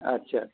আচ্ছা